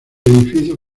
edificio